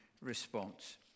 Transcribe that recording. response